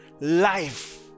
life